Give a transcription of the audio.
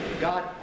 God